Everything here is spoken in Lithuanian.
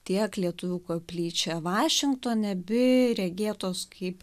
tiek lietuvių koplyčia vašingtone abi regėtos kaip